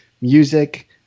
music